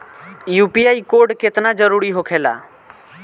UPI code केतना जरुरी होखेला?